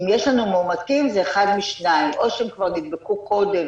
אם יש לנו מאומתים זה אחד משניים: או שהם כבר נדבקו קודם,